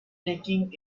taking